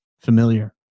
familiar